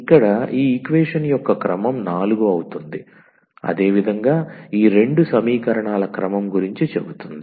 ఇక్కడ ఈ ఈక్వేషన్ యొక్క క్రమం 4 అవుతుంది అదే విధంగా ఈ రెండు సమీకరణాల క్రమం గురించి చెపుతుంది